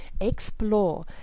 Explore